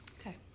Okay